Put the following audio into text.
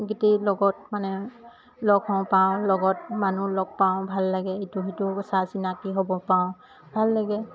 গোটেই লগত মানে লগ হওঁ পাওঁ লগত মানুহ লগ পাওঁ ভাল লাগে ইটো সিটো চা চিনাকি হ'ব পাওঁ ভাল লাগে